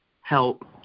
help